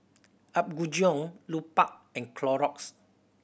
Apgujeong Lupark and Clorox